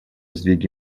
сдвиги